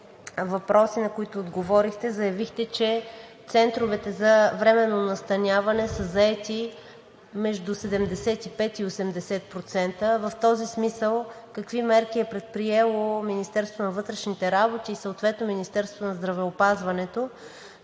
въпроси, на които отговорихте, заявихте, че центровете за временно настаняване са заети между 75 и 80%. В този смисъл, какви мерки е предприело Министерството на вътрешните работи и съответно Министерството на здравеопазването